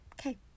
Okay